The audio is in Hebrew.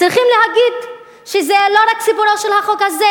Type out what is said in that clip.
צריכים להגיד שזה לא רק סיפורו של החוק הזה,